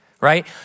right